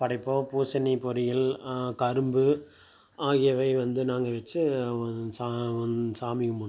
படைப்போம் பூசணி பொரியல் கரும்பு ஆகியவை வந்து நாங்கள் வைச்சு சாமி சாமி கும்பிடுவோம்